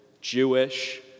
Jewish